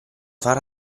far